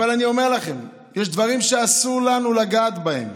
אבל אני אומר לכם: יש דברים שאסור לנו לגעת בהם.